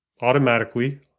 automatically